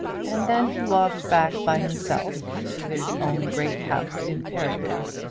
and then he walked back by himself to his own great house in perivale.